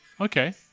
Okay